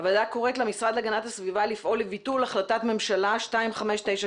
הוועדה קוראת למשרד להגנת הסביבה לפעול לביטול החלטת ממשלה 2592